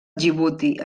djibouti